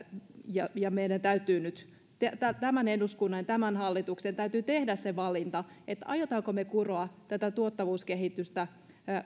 ja ja meidän täytyy nyt tämän eduskunnan ja tämän hallituksen täytyy tehdä se valinta että aiommeko me kuroa tätä tuottavuuskehitystä